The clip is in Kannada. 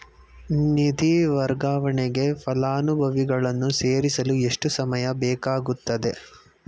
ನಿಧಿ ವರ್ಗಾವಣೆಗೆ ಫಲಾನುಭವಿಗಳನ್ನು ಸೇರಿಸಲು ಎಷ್ಟು ಸಮಯ ಬೇಕಾಗುತ್ತದೆ?